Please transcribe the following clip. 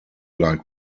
like